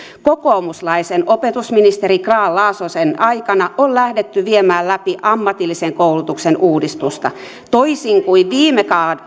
kokoomuslaisen opetusministeri grahn laasosen aikana on lähdetty viemään läpi ammatillisen koulutuksen uudistusta toisin kuin viime